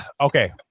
okay